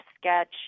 sketch